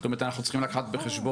זאת אומרת אנחנו צריכים לקחת בחשבון